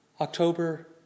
October